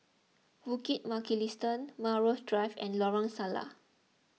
Bukit Mugliston Melrose Drive and Lorong Salleh